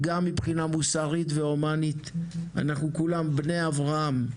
גם מבחינה מוסרית והומנית, אנחנו כולנו בני אברהם.